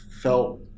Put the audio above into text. felt